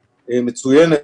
מצוינת,